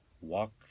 walk